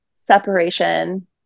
separation